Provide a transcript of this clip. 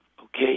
okay